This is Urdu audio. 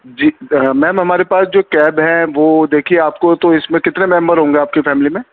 جی میم ہمارے پاس جو کیب ہے وہ دیکھیے آپ کو تو اس میں کتنے ممبر ہوں گے آپ کی فیملی میں